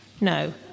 No